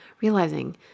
realizing